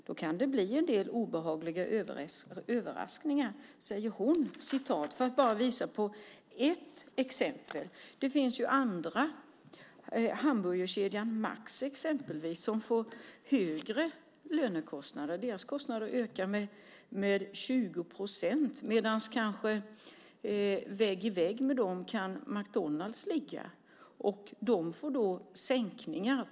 Då kan det bli en del obehagliga överraskningar." Detta är bara ett exempel. Det finns andra, exempelvis hamburgerkedjan Max, som får högre lönekostnader. Dess lönekostnader ökar med 20 procent. Vägg i vägg med den kan kanske McDonalds ligga och få sänkningar.